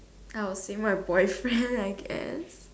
I will see my boyfriend I guess